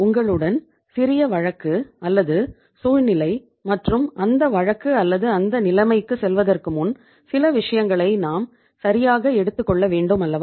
உங்களுடன் சிறிய வழக்கு அல்லது சூழ்நிலை மற்றும் அந்த வழக்கு அல்லது அந்த நிலைமைக்குச் செல்வதற்கு முன் சில விஷயங்களை நாம் சரியாக எடுத்துக் கொள்ள வேண்டும் அல்லவா